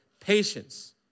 patience